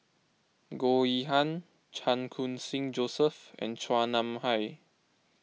Goh Yihan Chan Khun Sing Joseph and Chua Nam Hai